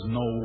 no